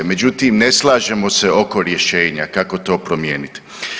Međutim, ne slažemo se oko rješenja kako to promijeniti.